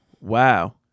wow